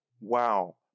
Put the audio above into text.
Wow